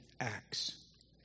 acts